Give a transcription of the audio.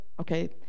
okay